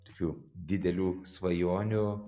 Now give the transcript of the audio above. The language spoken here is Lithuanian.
tokių didelių svajonių